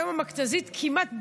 היום המכת"זית כמעט,